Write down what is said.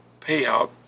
payout